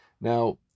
Now